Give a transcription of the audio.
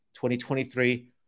2023